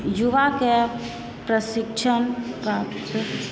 युवाके प्रशिक्षण प्राप्त